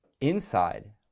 inside